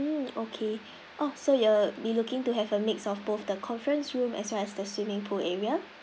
mm okay so you will be looking to have a mix of both the conference room as well as the swimming pool area